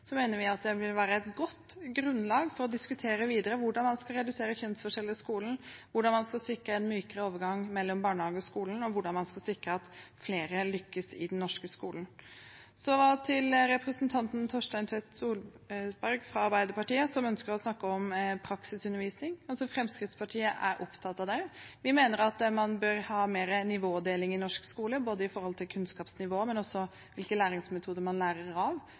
mener vi det vil være et godt grunnlag for å diskutere videre hvordan man skal redusere kjønnsforskjeller i skolen, hvordan man skal sikre en mykere overgang mellom barnehagen og skolen, og hvordan man skal sikre at flere lykkes i den norske skolen. Til representanten Torstein Tvedt Solberg fra Arbeiderpartiet, som ønsker å snakke om praktisk undervisning: Fremskrittspartiet er også opptatt av det. Vi mener at man bør ha mer nivådeling i norsk skole, etter både kunnskapsnivået og hvilke læringsmetoder man lærer av.